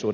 selvittämiseksi